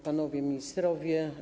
Panowie Ministrowie!